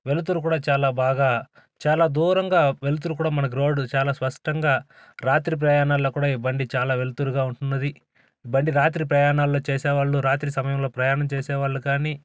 వెలుతురు కూడా చాలా బాగా చాలా దూరంగా వెళ్తురు కూడా మనకు రోడ్డు చాలా స్పష్టంగా రాత్రి ప్రయాణాల్లో కూడా ఈ బండి చాలా వెలుతురుగా ఉంటున్నది బండి రాత్రి ప్రయాణాల్లో చేసే వాళ్ళు రాత్రి సమయాల్లో ప్రయాణం చేసే వాళ్ళు కానీ